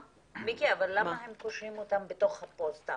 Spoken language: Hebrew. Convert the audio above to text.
מיקי, אבל למה הם קושרים אותם בתוך הפוסטה